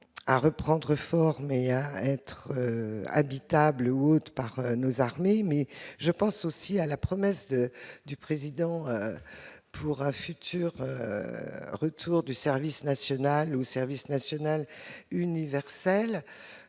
à reprendre, formé à être habitable would par nos armées mais je pense aussi à la promesse du président pour un futur retour du service national au service national universel,